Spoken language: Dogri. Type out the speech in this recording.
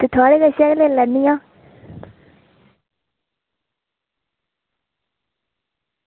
ते थुआढ़े कशा गै लेई लैन्नी आं